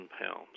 pounds